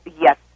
yes